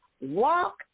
walk